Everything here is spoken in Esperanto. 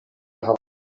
havas